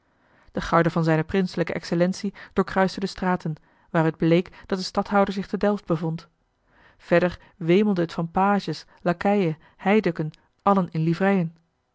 de garde van zijne prinselijke excellentie doorkruiste de straten waaruit bleek dat de stadhouder zich te delft bevond verder wemelde het van pages lakeien heidukken allen in livreien